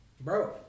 Bro